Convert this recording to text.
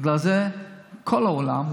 בגלל זה כל העולם,